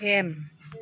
M